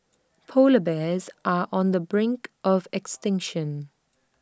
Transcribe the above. Polar Bears are on the brink of extinction